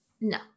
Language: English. No